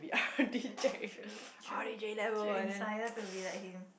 true true true true should inspire to be like him